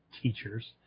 teachers